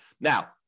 Now